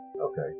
okay